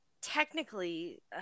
Technically